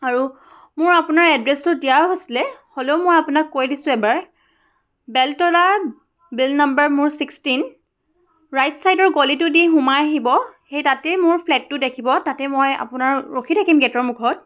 আৰু মোৰ আপোনাৰ এড্ৰেছটো দিয়াও হৈছিলে হ'লেও মই আপোনাক কৈ দিছোঁ এবাৰ বেলতলা বিল নাম্বাৰ মোৰ ছিক্সটিন ৰাইট ছাইডৰ গলিটোদি সোমাই আহিব সেই তাতেই মোৰ ফ্লেটটো দেখিব তাতে মই আপোনাৰ ৰখি থাকিম গেটৰ মুখত